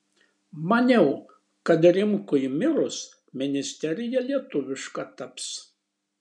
maniau kad rimkui mirus ministerija lietuviška taps